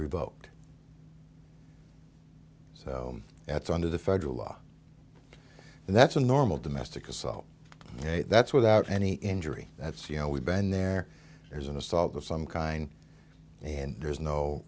revoked so that's under the federal law that's a normal domestic assault and that's without any injury that's you know we've been there there's an assault of some kind and there's no